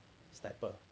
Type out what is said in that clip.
sniper